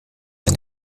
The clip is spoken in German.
ein